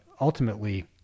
ultimately